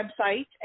website